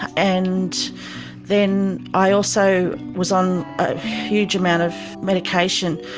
and then i also was on a huge amount of medication.